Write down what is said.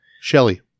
Shelley